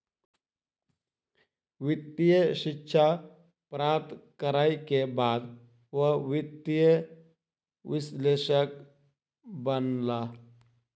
वित्तीय शिक्षा प्राप्त करै के बाद ओ वित्तीय विश्लेषक बनला